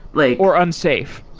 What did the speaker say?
like or unsafe.